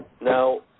Now